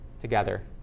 together